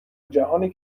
جهانی